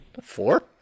Four